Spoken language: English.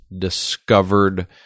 discovered